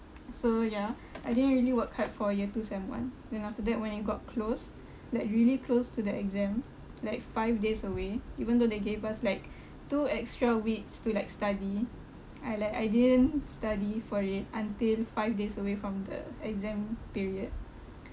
so ya I didn't really work hard for year two sem one then after that when it got close like really close to the exam like five days away even though they gave us like two extra weeks to like study I like I didn't study for it until five days away from the exam period